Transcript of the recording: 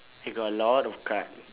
I got a lot of card